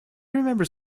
remembered